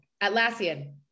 Atlassian